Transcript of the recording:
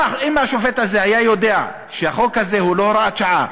אם השופט הזה היה יודע שהחוק הזה הוא לא הוראת שעה,